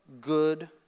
good